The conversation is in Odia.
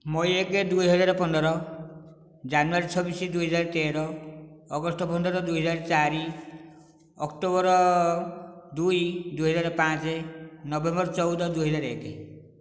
ମଇ ଏକ ଦୁଇ ହଜାର ପନ୍ଦର ଜାନୁଆରୀ ଛବିଶ ଦୁଇ ହଜାର ତେର ଅଗଷ୍ଟ ପନ୍ଦର ଦୁଇ ହଜାର ଚାରି ଅକ୍ଟୋବର ଦୁଇ ଦୁଇ ହଜାର ପାଞ୍ଚ ନଭେମ୍ବର ଚଉଦ ଦୁଇ ହଜାର ଏକ